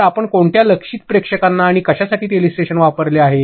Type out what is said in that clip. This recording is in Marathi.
तर आपण कोणत्या लक्ष्यित प्रेक्षकांना आणि कशासाठी टेलिस्ट्रेशन वापरले आहे